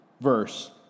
verse